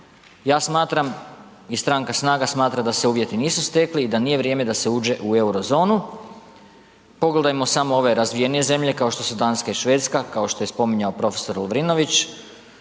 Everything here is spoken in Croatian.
ja smatram i Stranka SNAGA smatra da se uvjeti nisu stekli i da nije vrijeme da se uđe u euro zonu. Pogledajmo samo ove razvijenije zemlje kao što su Danska i Švedska, kao što je spominjao profesor Lovrinović,